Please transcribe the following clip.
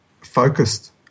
focused